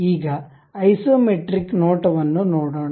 ಈಗ ಐಸೊಮೆಟ್ರಿಕ್ ನೋಟವನ್ನು ನೋಡೋಣ